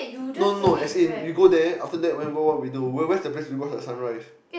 no no as in you go there after that we what what we will do we where's where's the place we watch at sunrise